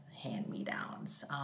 hand-me-downs